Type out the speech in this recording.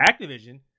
Activision